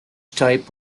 type